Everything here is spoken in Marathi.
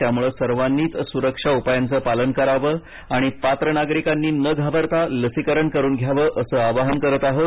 त्यामुळे सर्वांनीच सुरक्षा उपायांचं पालन करावं आणि पात्र नागरिकांनी न घाबरता लसीकरण करून घ्यावं असं आवाहन करत आहोत